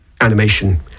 animation